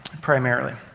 primarily